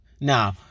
Now